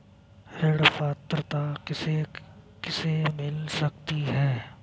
ऋण पात्रता किसे किसे मिल सकती है?